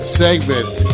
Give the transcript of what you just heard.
segment